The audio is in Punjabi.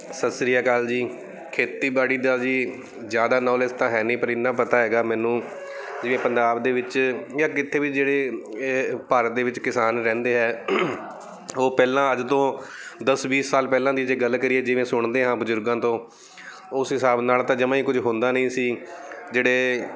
ਸਤਿ ਸ਼੍ਰੀ ਅਕਾਲ ਜੀ ਖੇਤੀਬਾੜੀ ਦਾ ਜੀ ਜ਼ਿਆਦਾ ਨੌਲੇਜ ਤਾਂ ਹੈ ਨਹੀਂ ਪਰ ਇੰਨਾ ਪਤਾ ਹੈਗਾ ਮੈਨੂੰ ਜਿਵੇਂ ਪੰਜਾਬ ਦੇ ਵਿੱਚ ਜਾਂ ਕਿਤੇ ਵੀ ਜਿਹੜੇ ਭਾਰਤ ਦੇ ਵਿੱਚ ਕਿਸਾਨ ਰਹਿੰਦੇ ਆ ਉਹ ਪਹਿਲਾਂ ਅੱਜ ਤੋਂ ਦਸ ਵੀਹ ਸਾਲ ਪਹਿਲਾਂ ਦੀ ਜੇ ਗੱਲ ਕਰੀਏ ਜਿਵੇਂ ਸੁਣਦੇ ਹਾਂ ਬਜ਼ੁਰਗਾਂ ਤੋਂ ਉਸ ਹਿਸਾਬ ਨਾਲ ਤਾਂ ਜਮਾਂ ਹੀ ਕੁਝ ਹੁੰਦਾ ਨਹੀਂ ਸੀ ਜਿਹੜੇ